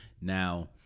Now